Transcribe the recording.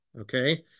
Okay